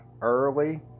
early